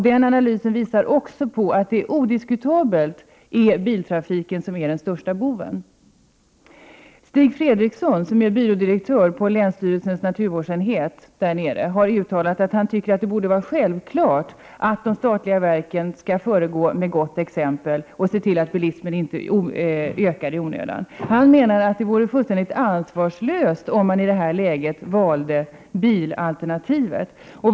Det är också odiskutabelt att det är biltrafiken som är den största boven. Stig Fredriksson, som är byrådirektör på länsstyrelsens naturvårdsenhet i Älvsborgs län har uttalat att det borde vara självklart att de statliga verken föregår med gott exempel och ser till att bilismen inte ökar i onödan. Han menar att det vore fullständigt ansvarslöst om bilalternativet valdes i detta läge.